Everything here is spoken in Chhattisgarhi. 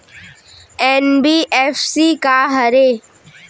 एन.बी.एफ.सी का हरे?